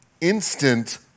instant